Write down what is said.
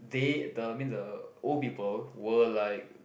they the I mean the old people were like